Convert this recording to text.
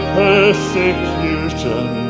persecution